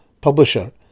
publisher